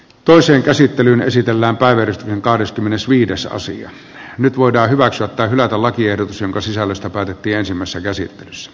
toiseen käsittelyyn esitellään päivitys kahdeskymmenesviides osa jo nyt voidaan hyväksyä tai hylätä lakiehdotus jonka sisällöstä päätettiin ensimmäisessä käsittelyssä